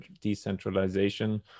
decentralization